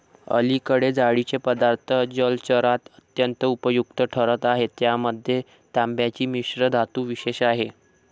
अलीकडे जाळीचे पदार्थ जलचरात अत्यंत उपयुक्त ठरत आहेत ज्यामध्ये तांब्याची मिश्रधातू विशेष आहे